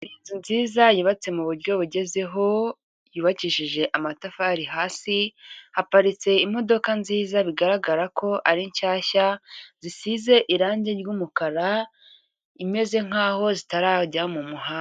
Inzu nziza yubatse mu buryo bugezweho, yubakishije amatafari hasi, haparitse imodoka nziza bigaragara ko ari nshyashya zisize irangi ry'umukara, imeze nk'aho zitarajya mu muhanda.